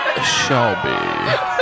Shelby